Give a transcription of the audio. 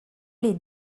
les